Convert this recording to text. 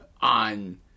on